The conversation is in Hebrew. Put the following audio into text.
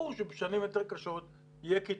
ברור שבשנים יותר קשות יהיו קיצוצים,